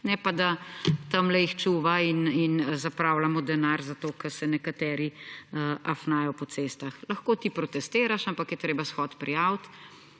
ne pa da tamle jih čuva in zapravljamo denar, zato ker se nekateri afnajo po cestah. Lahko ti protestiraš, ampak je treba shod prijaviti,